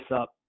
up